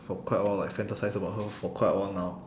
for quite a while like fantasise about her for quite a while now